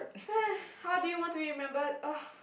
how do you want to be remembered !ugh!